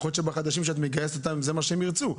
יכול להיות שפקחים חדשים, זה מה שהם ירצו.